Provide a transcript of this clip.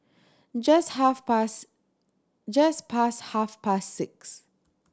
just half past just past half past six